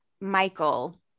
Michael